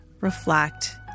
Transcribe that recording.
reflect